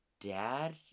dad